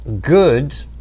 good